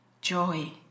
joy